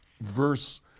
verse